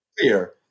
clear